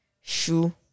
shoe